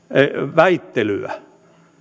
väittelyä